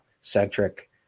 centric